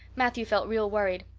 matthew felt real worried.